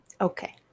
Okay